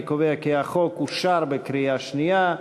אני קובע כי החוק אושר בקריאה שנייה.